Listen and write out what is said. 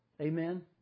Amen